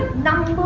not